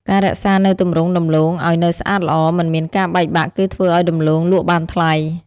ការរក្សានូវទម្រង់ដំឡូងឲ្យនៅស្អាតល្អ មិនមានការបែកបាក់គឺធ្វើឲ្យដំឡូងលក់់បានថ្លៃ។